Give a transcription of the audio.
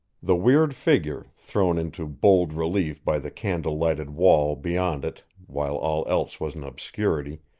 the weird figure, thrown into bold relief by the candle-lighted wall beyond it while all else was in obscurity,